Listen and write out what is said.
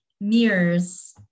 Mirrors